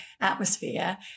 atmosphere